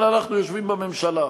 אבל אנחנו יושבים בממשלה,